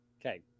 Okay